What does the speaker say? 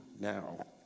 now